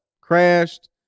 Crashed